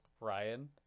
ryan